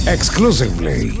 Exclusively